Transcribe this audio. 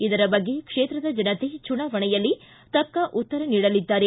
ಇದರ ಬಗ್ಗೆ ಕ್ಷೇತ್ರದ ಜನತೆ ಚುನಾವಣೆಯಲ್ಲಿ ತಕ್ಕ ಉತ್ತರ ನೀಡಲಿದ್ದಾರೆ